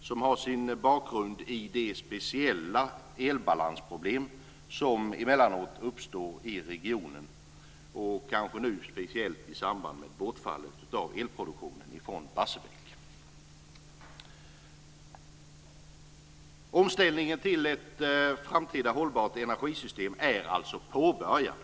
som har sin bakgrund i det speciella elbalansproblem som emellanåt uppstår i regionen, kanske nu speciellt i samband med bortfallet av elproduktion från Barsebäck. Omställningen till ett framtida hållbart energisystem är alltså påbörjat.